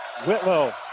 Whitlow